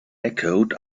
echoed